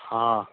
ہاں